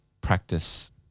practice